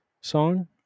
song